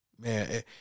Man